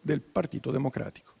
del Partito Democratico.